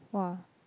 !wah!